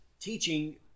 teaching